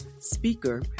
speaker